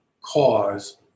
cause